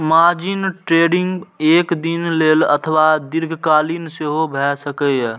margin trading एक दिन लेल अथवा दीर्घकालीन सेहो भए सकैए